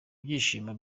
byishimo